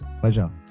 Pleasure